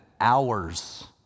hours